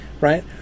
right